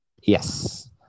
yes